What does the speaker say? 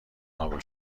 قبول